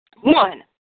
One